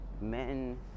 men